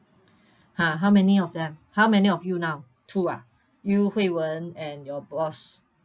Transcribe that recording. ha how many of them how many of you now two ah you hui wen and your boss